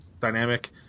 dynamic